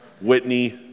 Whitney